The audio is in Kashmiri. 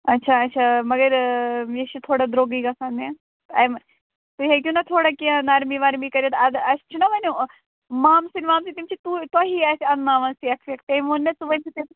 اَچھا اَچھا مگر یہِ چھِ تھوڑا درٛۅگٕے گژھان مےٚ اَمہِ تُہۍ ہیٚکِو نا تھوڑا کیٚنٛہہ نَرمی وَرمی کٔرِتھ اَدٕ اَسہِ چھُنا وۅنۍ مامہٕ سٕنٛدِ وننہٕ تِم چھِ تو تُہی اَتھِ انٕناون سٮ۪کھ وٮ۪کھ تٔمۍ ووٚن مےٚ ژٕ ؤنۍزِ تٔمِس